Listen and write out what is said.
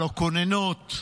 על הכוננות,